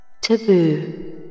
taboo